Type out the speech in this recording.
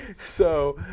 so